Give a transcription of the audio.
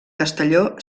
castelló